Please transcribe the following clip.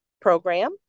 program